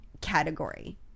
category